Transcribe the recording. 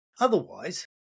Otherwise